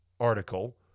article